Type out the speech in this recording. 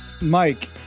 Mike